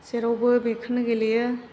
जेरावबो बेखौनो गेलेयो